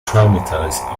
traumatized